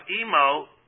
emo